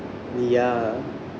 ya